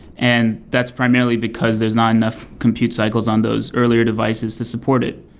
and that's primarily because there's not enough compute cycles on those earlier devices to support it.